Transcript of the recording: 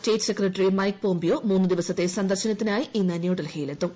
state secretary ക്ലാമക്ക് Pompeo മൂന്ന് ദിവസത്തെ സന്ദർശനത്തിനായി ഇന്ന് ന്യൂഡൽഹിയിൽ എത്തും